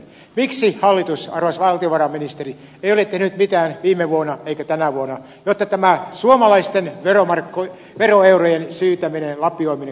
miksi hallitus arvoisa valtiovarainministeri ei ole tehnyt mitään viime vuonna eikä tänä vuonna jotta suomalaisten veroeurojen syytäminen ja lapioiminen kreikkaan olisi loppunut